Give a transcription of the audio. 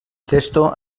cesto